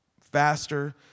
Faster